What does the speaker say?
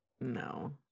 no